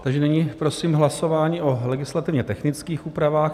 Takže nyní prosím hlasování o legislativně technických úpravách.